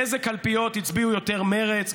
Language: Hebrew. באיזה קלפיות הצביעו יותר מרצ,